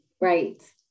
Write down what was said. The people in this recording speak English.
Right